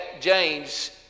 James